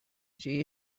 she